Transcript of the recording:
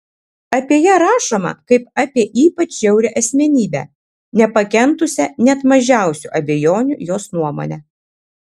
apie ją rašoma kaip apie ypač žiaurią asmenybę nepakentusią net mažiausių abejonių jos nuomone